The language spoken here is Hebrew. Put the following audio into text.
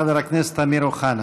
חבר הכנסת אמיר אוחנה.